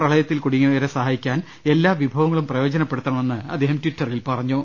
പ്രളയ ത്തിൽ കുടുങ്ങിയവരെ സഹായിക്കാൻ എല്ലാ വിഭവങ്ങളും പ്രയോജനപ്പെ ടുത്തണമെന്ന് അദ്ദേഹം ട്വിറ്ററിൽ പറഞ്ഞു